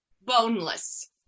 boneless